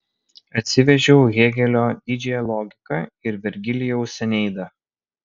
atsivežiau hėgelio didžiąją logiką ir vergilijaus eneidą